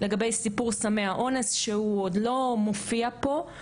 לגבי סיפור סמי האונס שהוא עוד לא מופיע פה,